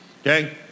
okay